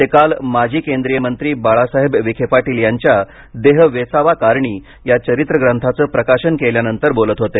ते काल माजी केंद्रीय मंत्री बाळासाहेब विखे पाटील यांच्या देह वेचावा कारणी या चरित्र ग्रंथाचं प्रकाशन केल्यानंतर बोलत होते